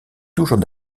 toujours